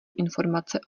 informace